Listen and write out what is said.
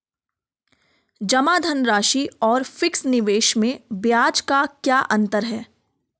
जमा धनराशि और फिक्स निवेश में ब्याज का क्या अंतर है?